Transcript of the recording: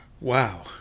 Wow